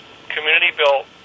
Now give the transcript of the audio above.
community-built